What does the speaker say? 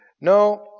No